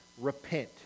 repent